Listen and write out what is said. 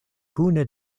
kune